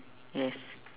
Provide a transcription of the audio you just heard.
yes